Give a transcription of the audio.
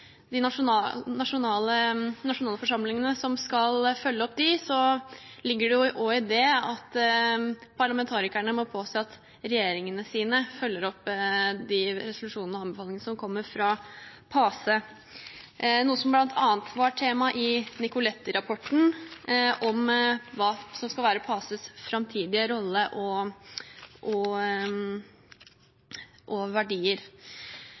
som skal følge opp dem, ligger det også i det at parlamentarikerne må påse at deres regjeringer følger opp de resolusjonene og anbefalingene som kommer fra PACE, noe som bl.a. var tema i Nicoletti-rapporten, om hva som skal være PACEs framtidige rolle og verdier. I januarsesjonen forrige uke var det bl.a. et tema som var ganske relevant for Norge, og